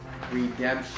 redemption